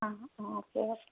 ah okay okay